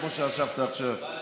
איפה שישבת עכשיו.